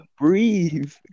breathe